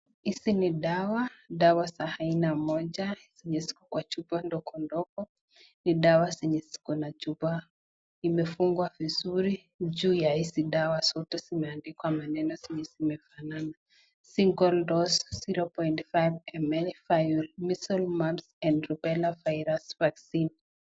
Hizi ni dawa, dawa za aina moja zenye ziko kwa chupa ndogo ndogo. Ni dawa zenye ziko na chupa. Imefungwa vizuri juu ya hizi dawa zote zimeandikwa maneno zenye zimefanana. Single Dose 0.5 ml vial, Measles Mumps and Rubella virus vaccine .